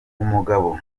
umugabo